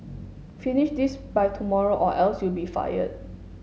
finish this by tomorrow or else you'll be fired